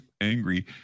angry